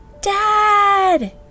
Dad